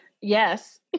yes